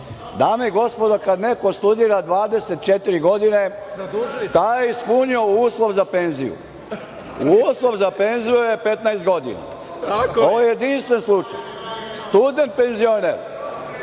i gospodo, kada neko studira 24 godine, taj je ispunio uslov za penziju. Uslov za penziju je 15 godina. Ovo je jedinstven slučaj. Student penzioner.